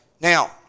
now